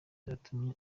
zatumye